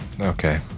Okay